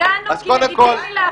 הפגנו כי לגיטימי להפגין.